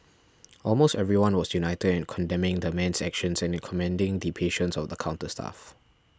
almost everyone was united in condemning the man's actions and in commending the patience of the counter staff